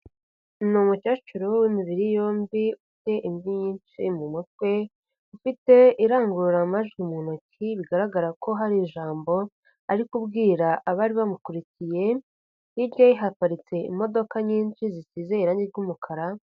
Ni umukecuru w'imibiri yombi ufite ivi nyinshi mu mutwe, ufite irangururamajwi mu ntoki bigaragara ko hari ijambo ari kubwira abari bamukurikiye. Hirya haparitse imodoka nyinshi zisize irangi ry'umukara